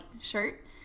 shirt